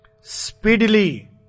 speedily